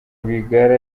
rwigara